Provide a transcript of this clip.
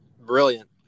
brilliant